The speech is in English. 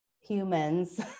humans